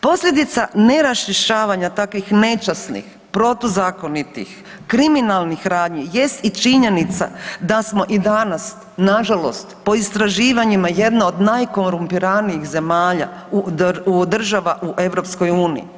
Posljedica neraščišćavanja takvih nečasnih, protuzakonitih, kriminalnih radnji jest i činjenica da smo i danas nažalost po istraživanjima jedna od najkorumpiranijih zemalja, država u EU.